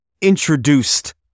introduced